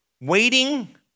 waiting